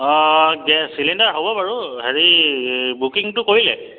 অঁ gas cylinder হ'ব বাৰু হেৰি বুকিংটো কৰিলে